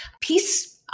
peace